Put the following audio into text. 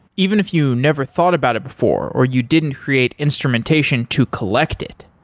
even if you never thought about it before or you didn't create instrumentation to collect it.